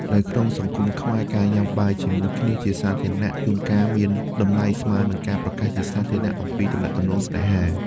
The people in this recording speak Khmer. នៅក្នុងសង្គមខ្មែរ ការញ៉ាំបាយជាមួយគ្នាជាសាធារណៈ ជួនកាលមានតម្លៃស្មើនឹងការប្រកាសជាសាធារណៈអំពីទំនាក់ទំនងស្នេហា។